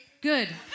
Good